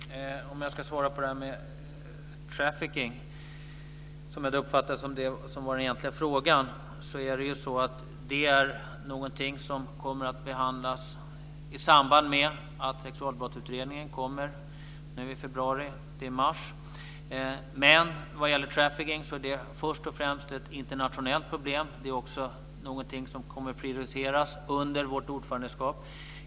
Fru talman! Jag kan börja med att svara på frågan om trafficking. Jag uppfattade det som att det var den egentliga frågan. Det här är någonting som kommer att behandlas i samband med att Sexualbrottsutredningen kommer nu i februari, mars. Men trafficking är först och främst ett internationellt problem. Det är också någonting som kommer att prioriteras under vårt ordförandeskap.